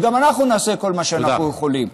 וגם אנחנו נעשה כל מה שאנחנו יכולים.